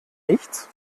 nichts